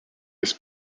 jis